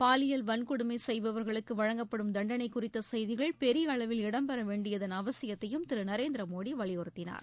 பாலியல் வள்கொடுமை செய்பவர்களுக்கு வழங்கப்படும் தண்டனை குறித்த செய்திகள் பெரிய அளவில் இடம்பெற வேண்டியதன் அவசியத்தையும் திரு நரேந்திர மோடி வலியுறுத்தினார்